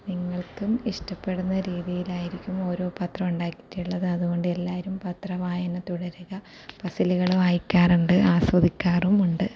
നിങ്ങൾക്കും ഇഷ്ടപ്പെടുന്ന രീതിയിലായിരിക്കും ഓരോ പത്രം ഉണ്ടാക്കിയിട്ടുളളത് അതുകൊണ്ട് എല്ലാരും പത്ര വായന തുടരുക പസിലുകൾ വായിക്കാറുണ്ട് ആസ്വദിക്കാറുമുണ്ട്